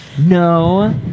No